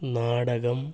നാടകം